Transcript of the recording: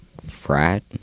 frat